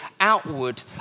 outward